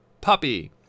Puppy